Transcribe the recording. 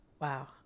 Wow